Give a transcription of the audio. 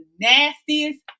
nastiest